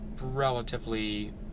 relatively